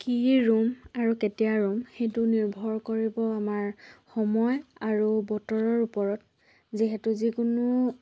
কি ৰুম আৰু কেতিয়া ৰুম সেইটো নিৰ্ভৰ কৰিব আমাৰ সময় আৰু বতৰৰ ওপৰত যিহেতু যিকোনো